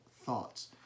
thoughts